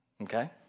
Okay